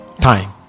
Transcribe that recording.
time